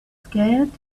scared